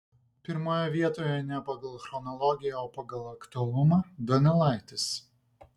pirmoje vietoje ne pagal chronologiją o pagal aktualumą donelaitis